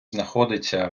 знаходиться